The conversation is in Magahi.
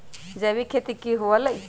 जैविक खेती की हुआ लाई?